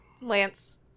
Lance